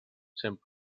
sent